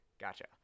Gotcha